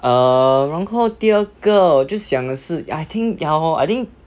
err 然后第二个就想的是 I think ya hor I think